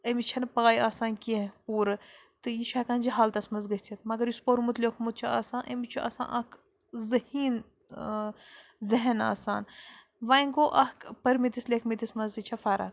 أمِس چھَنہٕ پَے آسان کیٚنٛہہ پوٗرٕ تہٕ یہِ چھُ ہٮ۪کان جَہالتَس منٛز گٔژھِتھ مگر یُس پوٚرمُت لیوٚکھمُت چھُ آسان أمِس چھُ آسان اَکھ ذہیٖن ذہن آسان وۄنۍ گوٚو اَکھ پٔرۍمٕتِس لیٚکھمٕتِس منٛز تہِ چھےٚ فَرق